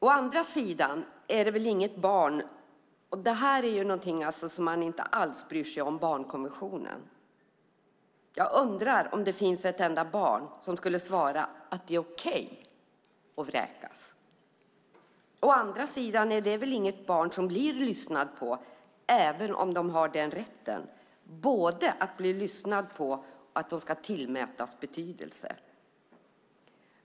Här bryr man sig alltså inte alls om barnkonventionen. Jag undrar om det finns ett enda barn som skulle säga att det är okej att bli vräkt. Inget barn blir lyssnat på även om de har rätt att både bli lyssnade på och tillmätas betydelse.